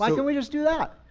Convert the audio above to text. why can't we just do that?